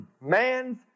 man's